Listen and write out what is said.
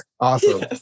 Awesome